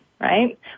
right